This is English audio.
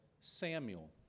Samuel